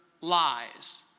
lies